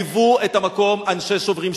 ליוו אותם במקום אנשי "שוברים שתיקה",